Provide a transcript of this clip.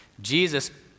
Jesus